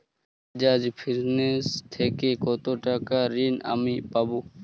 বাজাজ ফিন্সেরভ থেকে কতো টাকা ঋণ আমি পাবো?